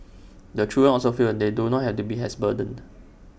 the children also feel they don not have to be as burdened